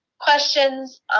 questions